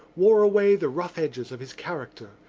wore away the rough edges of his character,